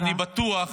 אני בטוח